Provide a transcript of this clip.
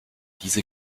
diese